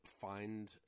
find